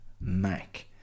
Mac